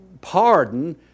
Pardon